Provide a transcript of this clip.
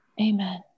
Amen